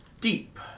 deep